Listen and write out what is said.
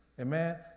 Amen